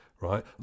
right